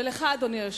ולך, אדוני היושב-ראש,